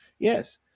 Yes